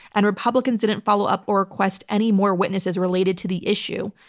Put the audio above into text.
and republicans didn't follow up or request any more witnesses related to the issue.